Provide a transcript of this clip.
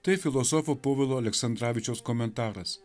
tai filosofo povilo aleksandravičiaus komentaras